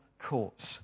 courts